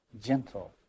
gentle